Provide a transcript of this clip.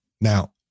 now